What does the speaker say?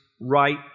right